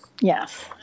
Yes